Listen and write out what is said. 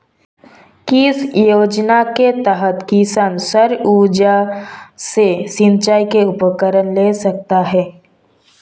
किस योजना के तहत किसान सौर ऊर्जा से सिंचाई के उपकरण ले सकता है?